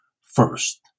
first